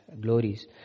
glories